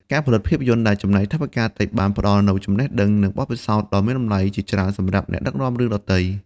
ការផលិតភាពយន្តដែលចំណាយថវិកាតិចបានផ្ដល់នូវចំណេះដឹង និងបទពិសោធន៍ដ៏មានតម្លៃជាច្រើនសម្រាប់អ្នកដឹកនាំរឿងដទៃ។